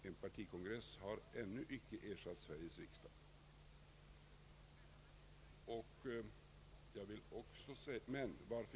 En partikongress har ännu icke ersatt Sveriges riksdag.